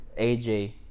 AJ